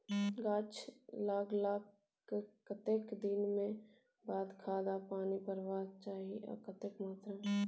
गाछ लागलाक कतेक दिन के बाद खाद आ पानी परबाक चाही आ कतेक मात्रा मे?